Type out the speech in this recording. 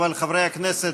אבל חברי הכנסת,